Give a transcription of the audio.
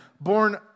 born